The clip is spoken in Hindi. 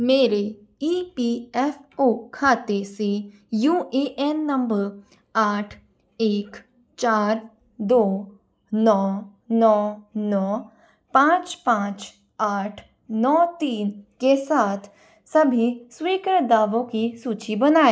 मेरे ई पी एफ़ ओ खाते से यू ए एन नंबर आठ एक चार दो नौ नौ नौ पाँच पाँच आठ नौ तीन के साथ सभी स्वीकृत दावों की सूची बनाएँ